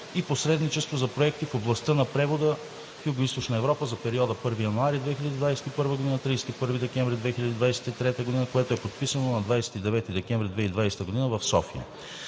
и посредничество за проекти в областта на превода в Югоизточна Европа за периода 1 януари 2021 г. – 31 декември 2023 г., което е подписано на 29 декември 2020 г. в София.